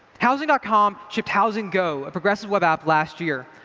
housing dot com shipped housing go, a progressive web app, last year.